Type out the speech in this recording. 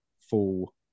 full